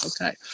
Okay